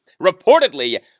reportedly